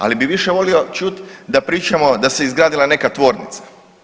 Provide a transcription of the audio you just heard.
Ali bih više volio čuti da pričamo da se izgradila neka tvornica.